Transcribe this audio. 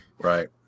Right